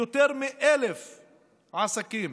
יותר מ-1,000 עסקים,